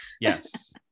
yes